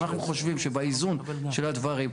אנחנו חושבים שבאיזון של הדברים,